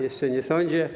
Jeszcze nie sądzie.